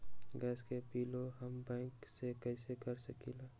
Gas के बिलों हम बैंक से कैसे कर सकली?